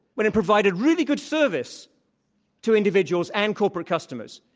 when it provided really good service to individuals and corporate customers.